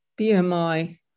BMI